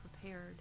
prepared